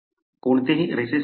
कोणतेही recessive allele नाही